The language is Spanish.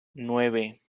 nueve